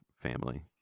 family